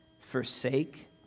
forsake